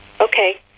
Okay